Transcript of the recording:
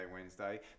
Wednesday